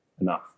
Enough